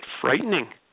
frightening